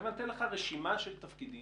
אני אתן לך רשימה של תפקידים